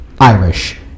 Irish